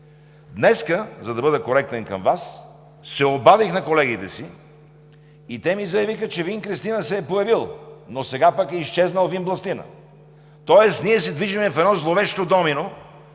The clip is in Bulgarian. Днес, за да бъда коректен към Вас, се обадих на колегите си и те ми заявиха, че винкристинът се е появил, но сега пък е изчезнал винбластинът, тоест ние се движим в едно зловещо домино.